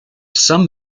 some